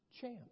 Chance